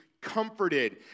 comforted